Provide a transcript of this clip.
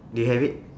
do you have it